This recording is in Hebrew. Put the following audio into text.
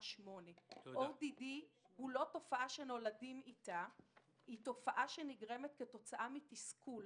8%. ODD זה לא תופעה שנולדים איתה אלא תופעה שנגרמת כתוצאה מתסכול.